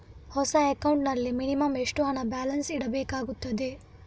ಹೊಸ ಅಕೌಂಟ್ ನಲ್ಲಿ ಮಿನಿಮಂ ಎಷ್ಟು ಹಣ ಬ್ಯಾಲೆನ್ಸ್ ಇಡಬೇಕಾಗುತ್ತದೆ?